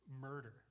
murder